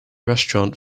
restaurant